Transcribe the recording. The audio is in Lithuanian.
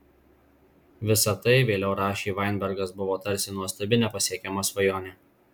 visa tai vėliau rašė vainbergas buvo tarsi nuostabi nepasiekiama svajonė